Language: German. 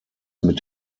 mit